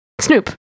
Snoop